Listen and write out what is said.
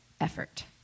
effort